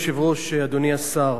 אדוני היושב-ראש, אדוני השר,